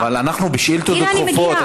כן, אבל אנחנו בשאילתות דחופות.